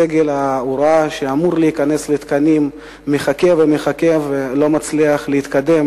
סגל ההוראה שאמור להיכנס לתקנים מחכה ומחכה ולא מצליח להתקדם.